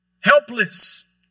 Helpless